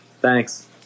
Thanks